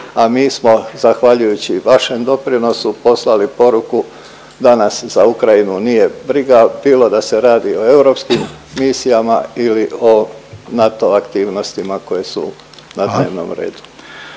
a mi smo zahvaljujući vašem doprinosu poslali poruku da nas za Ukrajinu nije briga bilo da se radi o europskim misijama ili o NATO aktivnosti koje su … …/Upadica